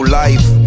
life